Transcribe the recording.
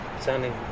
sounding